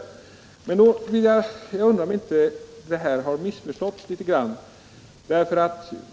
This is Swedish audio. Jag undrar om det inte föreligger ett litet missförstånd.